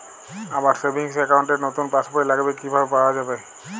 আমার savings account র নতুন পাসবই লাগবে কিভাবে পাওয়া যাবে?